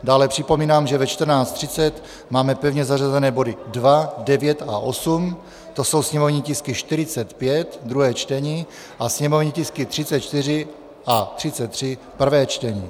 Dále připomínám, že ve 14.30 máme pevně zařazené body 2, 9 a 8, to jsou sněmovní tisky 45, druhé čtení, a sněmovní tisky 34 a 33, prvé čtení.